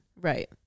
Right